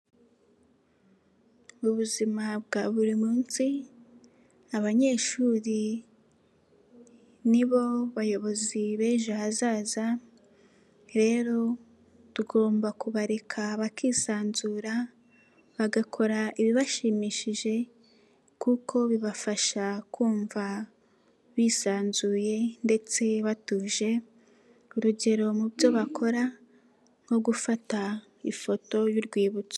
Mu buzima bwa buri munsi abanyeshuri ni bo bayobozi b'ejo hazaza, rero tugomba kubareka bakisanzura bagakora ibibashimishije kuko bibafasha kumva bisanzuye ndetse batuje, urugero mu byo bakora nko gufata ifoto y'urwibutso.